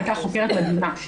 הייתה חוקרת מדהימה.